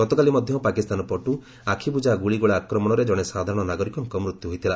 ଗତକାଲି ମଧ୍ୟ ପାକିସ୍ତାନ ପଟୁ ଆଖିବୁଜା ଗୁଳିଗୋଳା ଆକ୍ରମଣରେ ଜଣେ ସାଧାରଣ ନାଗରିକଙ୍କ ମୃତ୍ୟୁ ହୋଇଥିଲା